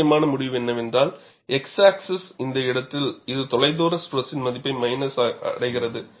முக்கியமான முடிவு என்னவென்றால் x ஆக்ஸிஸ் இந்த இடத்தில் இது தொலைதூர ஸ்ட்ரெஸின் மதிப்பை மைனஸில் அடைகிறது